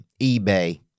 eBay